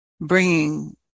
bringing